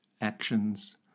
Actions